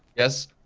yes?